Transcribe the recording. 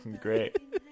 great